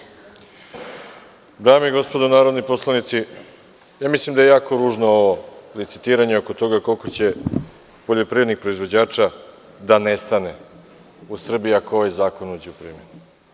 Dame i gospodo narodni poslanici, ja mislim da je jako ružno licitiranje oko toga koliko će poljoprivrednih proizvođača da nestane u Srbiji ako ovaj zakon uđe u primenu.